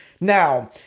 Now